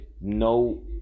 no